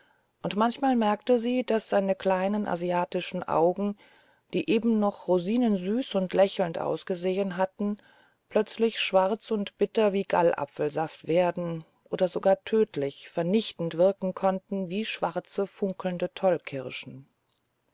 und manchmal merkte sie daß seine kleinen asiatischen augen die eben noch rosinensüß und lächelnd ausgesehen hatten plötzlich schwarz und bitter wie gallapfelsaft werden oder sogar tödlich vernichtend wirken konnten wie schwarze funkelnde